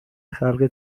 خلق